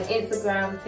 Instagram